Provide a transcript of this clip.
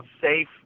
safe